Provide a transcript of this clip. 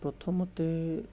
প্ৰথমতেই